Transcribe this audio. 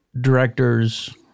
Directors